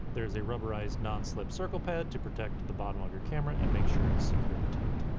there is a rubberized nonslip circle pad to protect the bottom of your camera and make sure it's secured tight,